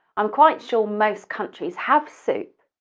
i'm quite sure most countries have soup,